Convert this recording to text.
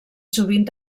sovint